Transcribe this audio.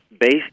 based